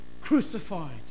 crucified